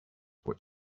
what